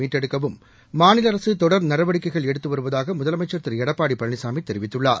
மீட்டெடுக்கவும் மாநில அரசு தொடர் நடவடிக்கைகள் எடுத்து வருவதாக முதலமைச்சர் திரு எடப்பாடி பழனிசாமி தெரிவித்துள்ளார்